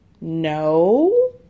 no